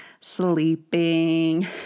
sleeping